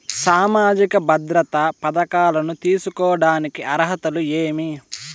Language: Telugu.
సామాజిక భద్రత పథకాలను తీసుకోడానికి అర్హతలు ఏమి?